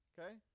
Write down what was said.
okay